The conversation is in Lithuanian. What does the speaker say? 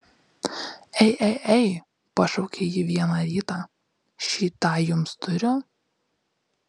ei ei ei pašaukė ji vieną rytą šį tą jums turiu